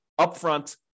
upfront